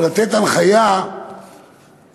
או לתת הנחיה לעצור,